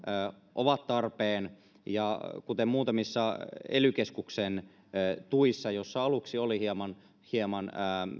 ovat tarpeen ja muutamissa ely keskuksen tuissa joissa aluksi oli hieman hieman